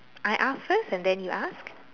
I ask first and then you ask